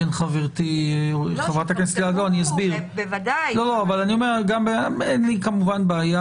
בין חברתי חברת הכנסת לסקי אין לי כמובן בעיה.